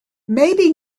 maybe